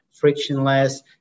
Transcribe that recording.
frictionless